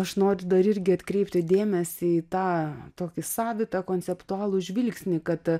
aš noriu dar irgi atkreipti dėmesį į tą tokį savitą konceptualų žvilgsnį kad